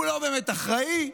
הוא לא באמת אחראי: